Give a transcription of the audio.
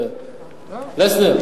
פלסנר,